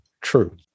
True